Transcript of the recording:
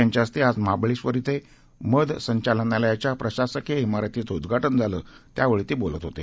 देसाई यांच्या हस्ते आज महाबळेश्वर श्वि मध संचालनालयाच्या प्रशासकीय शारतीचं उद्घाटन झालं त्यावेळी ते बोलत होते